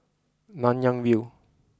Nanyang View